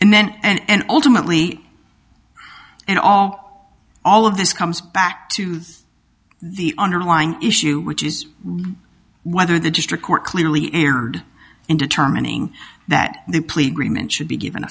and then and ultimately and all all of this comes back to the underlying issue which is room whether the district court clearly erred in determining that the plea agreement should be given